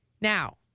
Now